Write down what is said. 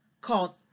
called